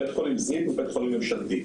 בית חולים זיו הוא בית חולים ממשלתי.